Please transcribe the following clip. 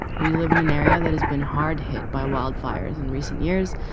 we live in an area that has been hard hit by wildfires in recent years.